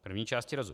První části rozumím.